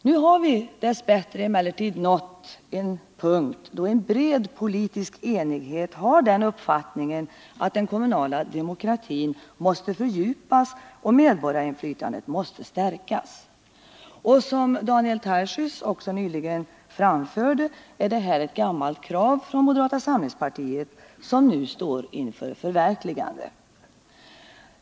Nu har vi dess bättre nått en punkt där en bred politisk enighet har den uppfattningen att den kommunala demokratin måste fördjupas och medbor reglerad förvaltgarinflytandet stärkas. Och som Daniel Tarschys nyss anförde är det ett ning i kommugammalt krav från moderata samlingspartiet som nu står inför sitt nerna förverkligande.